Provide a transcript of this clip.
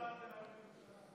כמו בירושלים.